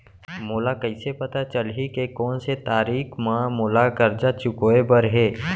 मोला कइसे पता चलही के कोन से तारीक म मोला करजा चुकोय बर हे?